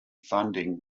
funding